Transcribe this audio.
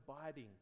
abiding